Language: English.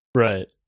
Right